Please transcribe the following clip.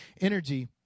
energy